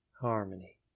harmony